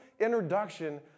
introduction